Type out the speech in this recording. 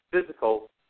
physical